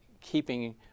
keeping